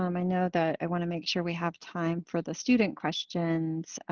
um i know that i wanna make sure we have time for the student questions.